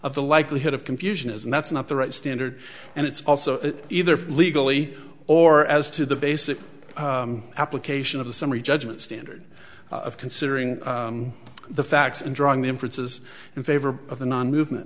of the likelihood of confusion is and that's not the right standard and it's also either legally or as to the basic application of the summary judgment standard of considering the facts and drawing the inferences in favor of the non movement